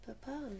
Papa